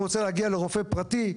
אם הוא רוצה להגיע לרופא פרטי,